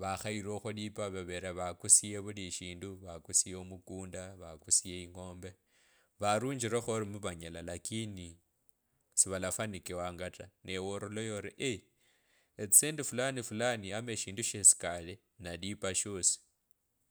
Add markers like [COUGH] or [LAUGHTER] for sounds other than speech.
Vakhailwe okhalipa vavele vakusiye vuli eshindu vakusiyo omukunda, vakusiye ing’ombe varunjikho ori muvanyela lakini sivalafanikiwanga ta, nawe ovulayi ori [HESITATION] etsisendi fulani fulani ama eshindu shisikale nalipa shosi